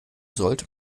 sollte